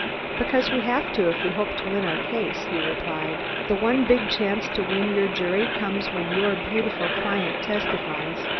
because we have to, if we hope to win our case, he replied. the one big chance to win your jury comes when your beautiful client testifies.